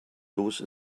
lose